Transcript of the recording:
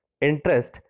interest